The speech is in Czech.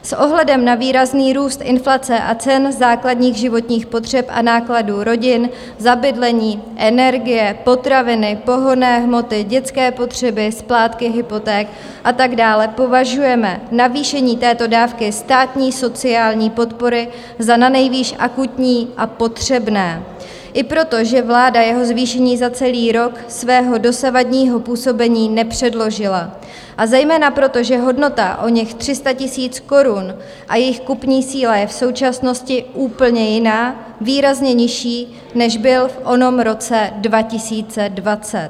S ohledem na výrazný růst inflace a cen základních životních potřeb a nákladů rodin za bydlení, energie, potraviny, pohonné hmoty, dětské potřeby, splátky hypoték a tak dále považujeme navýšení této dávky státní sociální podpory za nanejvýš akutní a potřebné i proto, že vláda jeho zvýšení za celý rok svého dosavadního působení nepředložila, a zejména proto, že hodnota oněch 300 000 korun a jejich kupní síla je v současnosti úplně jiná, výrazně nižší, než byla v onom roce 2020.